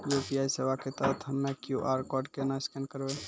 UPI सेवा के तहत हम्मय क्यू.आर कोड केना स्कैन करबै?